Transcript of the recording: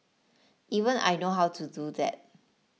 even I know how to do that